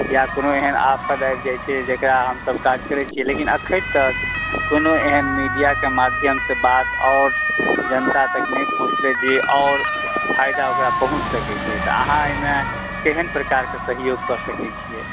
या कोनो एहन आफद आबि जाइ छै जकरा हमसब काज करै छियै लेकिन अखन तक कोनो एहन मीडियाके माध्यम सॅं बात आओर जनता तक नहि पहुँचलै जे आओर फायदा ओकरा पहुँच सकै छै तऽ अहाँ एहिमे केहन प्रकार के सहयोग कऽ सकै छियै